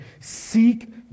Seek